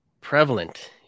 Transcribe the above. prevalent